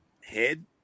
head